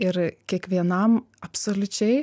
ir kiekvienam absoliučiai